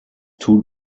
two